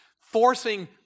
forcing